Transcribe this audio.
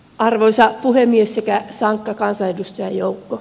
arvoisa puhemies sekä sankka kansanedustajajoukko